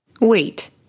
Wait